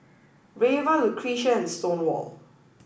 Reva Lucretia and Stonewall